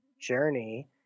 journey